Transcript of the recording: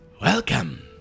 Welcome